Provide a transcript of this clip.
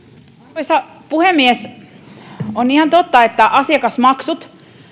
arvoisa puhemies on ihan totta että asiakasmaksut